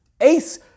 Ace